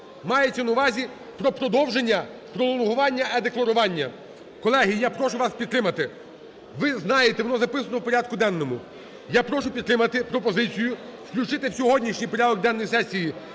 Мається на увазі про продовження, пролонгування е-декларування. Колеги, я прошу вас підтримати. Ви знаєте, воно записано в порядку денному. Я прошу підтримати пропозицію включити в сьогоднішній порядок денний сесії